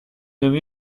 nommé